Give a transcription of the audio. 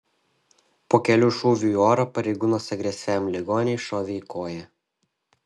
po kelių šūvių į orą pareigūnas agresyviam ligoniui šovė į koją